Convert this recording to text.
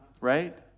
Right